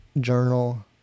journal